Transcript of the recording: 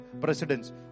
presidents